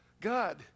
God